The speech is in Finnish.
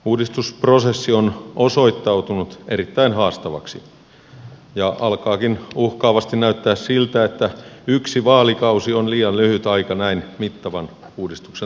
uudistusprosessi on osoittautunut erittäin haastavaksi ja alkaakin uhkaavasti näyttää siltä että yksi vaalikausi on liian lyhyt aika näin mittavan uudistuksen läpiviemiseen